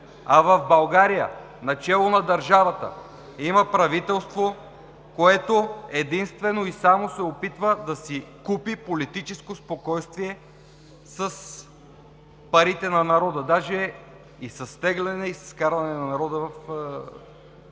а в България начело на държавата има правителство, което единствено и само се опитва да си купи политическо спокойствие с парите на народа, даже с теглене и с вкарване на народа в